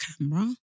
camera